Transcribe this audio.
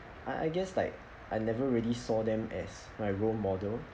I I guess like I never really saw them as my role model